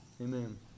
amen